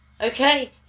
okay